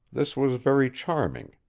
this was very charming.